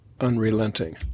unrelenting